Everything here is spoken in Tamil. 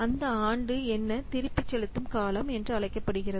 அந்த ஆண்டு என்ன திருப்பிச் செலுத்தும் காலம் என்று அழைக்கப்படுகிறது